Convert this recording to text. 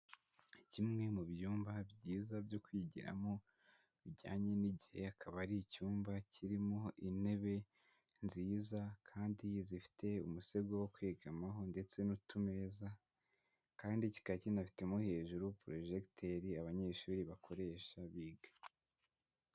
Kimwe mu byumba byiza byo kwigiramo bijyanye n'igihe, akaba ari icyumba kirimo intebe nziza kandi zifite umusego wo kwegamaho ndetse n'utumeza, kandi kikaba kinafitemo hejuru porejegiteri abanyeshuri bakoresha biga.